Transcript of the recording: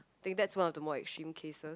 think that's one of the more extreme cases